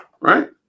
Right